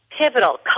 pivotal